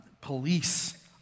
police